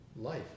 life